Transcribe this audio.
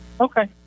Okay